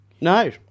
No